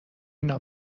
اینا